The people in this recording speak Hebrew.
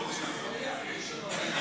בבקשה.